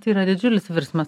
tai yra didžiulis virsmas